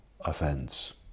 offense